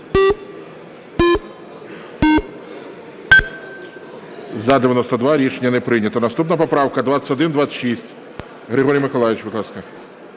За-92 Рішення не прийнято. Наступна поправка 2126. Григорій Миколайович, будь ласка.